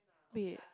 wait